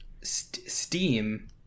Steam